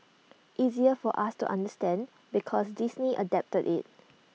easier for us to understand because Disney adapted IT